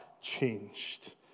changed